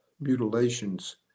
mutilations